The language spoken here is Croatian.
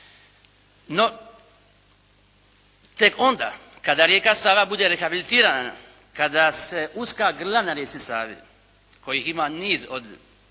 No, tek onda kada rijeka Sava bude rehabilitirana, kada se uska grla na rijeci Savi kojih ima niz od